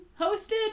hosted